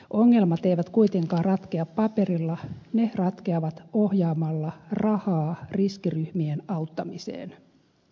ongelmat eivät kuitenkaan ratkea paperilla ne ratkeavat ohjaamalla rahaa riskiryhmien auttamiseen